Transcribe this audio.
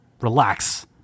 relax